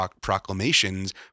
proclamations